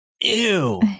Ew